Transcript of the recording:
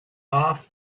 off